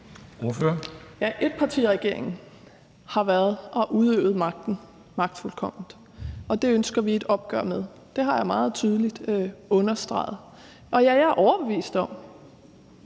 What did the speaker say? Ja, etpartiregeringen har været og har udøvet magten magtfuldkomment, og det ønsker vi et opgør med. Det har jeg meget tydeligt understreget. Og ja, jeg er overbevist om,